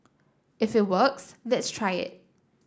if it works let's try it